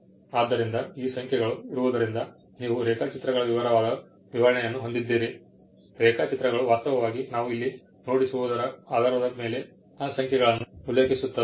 ಆದ್ದರಿಂದ ಈ ಸಂಖ್ಯೆಗಳು ಇರುವುದರಿಂದ ನೀವು ರೇಖಾಚಿತ್ರಗಳ ವಿವರವಾದ ವಿವರಣೆಯನ್ನು ಹೊಂದಿದ್ದೀರಿ ರೇಖಾಚಿತ್ರಗಳು ವಾಸ್ತವವಾಗಿ ನಾವು ಇಲ್ಲಿ ನೋಡಿಸುವುದರ ಆಧಾರದ ಮೇಲೆ ಆ ಸಂಖ್ಯೆಗಳನ್ನು ಉಲ್ಲೇಖಿಸುತ್ತವೆ